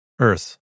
Earth